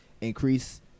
increase